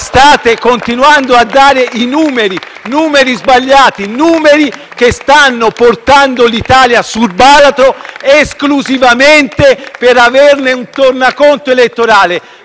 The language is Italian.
State continuando a dare i numeri - numeri sbagliati, che stanno portando l'Italia sul baratro - esclusivamente per avere un tornaconto elettorale,